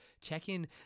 check-in